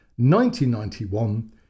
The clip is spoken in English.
1991